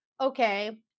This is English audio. okay